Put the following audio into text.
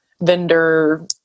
vendor